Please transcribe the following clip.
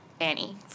Annie